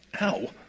Ow